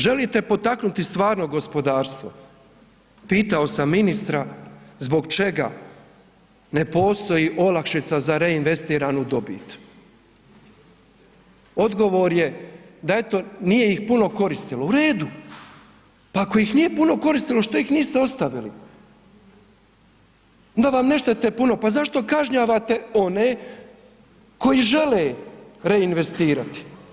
Želite potaknuti stvarno gospodarstvo, pitao sam ministra zbog čega ne postoji olakšica za reinvestiranu dobit, odgovor je da eto nije ih puno koristilo, u redu, pa ako ih nije puno koristilo što ih niste ostavili, onda vam ne štete puno pa zašto kažnjavate one koji žele reinvestirati.